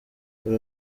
kora